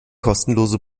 kostenlose